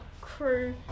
crew